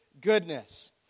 goodness